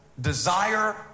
desire